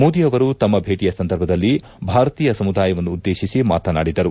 ಮೋದಿ ಅವರು ತಮ್ಮ ಭೇಟಿಯ ಸಂದರ್ಭದಲ್ಲಿ ಭಾರತೀಯ ಸಮುದಾಯವನ್ನು ಉದ್ದೇಶಿಸಿ ಮಾತನಾಡಿದರು